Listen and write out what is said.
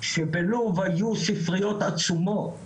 שבלוב היו ספריות עצומות,